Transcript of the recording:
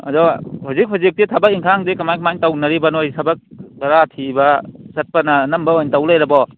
ꯑꯗꯣ ꯍꯧꯖꯤꯛ ꯍꯧꯖꯤꯛꯇꯤ ꯊꯕꯛ ꯏꯪꯈꯥꯡꯗꯤ ꯀꯃꯥꯏ ꯀꯃꯥꯏ ꯇꯧꯅꯔꯤꯕ ꯃꯣꯏ ꯊꯕꯛ ꯚꯔꯥ ꯊꯤꯕ ꯆꯠꯄꯅ ꯑꯅꯝꯕ ꯑꯣꯏ ꯇꯧ ꯂꯩꯔꯕꯣ